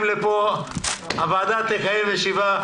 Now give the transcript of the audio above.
הוועדה תקיים ישיבה.